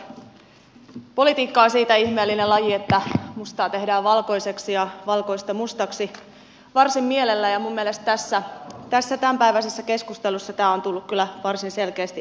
politiikka on siitä ihmeellinen laji että mustaa tehdään valkoiseksi ja valkoista mustaksi varsin mielellään ja minun mielestäni tässä tämänpäiväisessä keskustelussa tämä on tullut kyllä varsin selkeästi esille